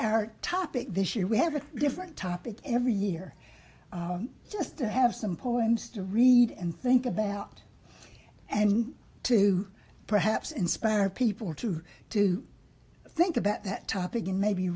our topic this year we have a different topic every year just to have some poems to read and think about and to perhaps inspire people to to think about that topic and maybe